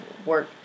work